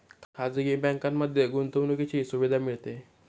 खाजगी बँकांमध्ये गुंतवणुकीची सुविधा मिळते